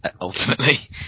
ultimately